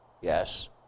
Yes